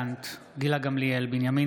מיכאל מרדכי ביטון,